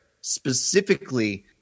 specifically